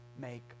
make